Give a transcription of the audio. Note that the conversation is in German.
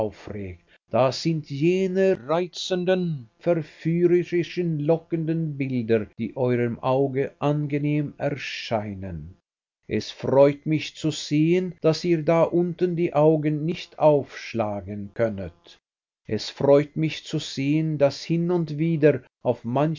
das sind jene reizenden verführerischen lockenden bilder die eurem auge angenehm erscheinen es freut mich zu sehen daß ihr da unten die augen nicht aufschlagen könnet es freut mich zu sehen daß hin und wieder auf